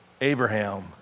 Abraham